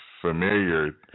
familiar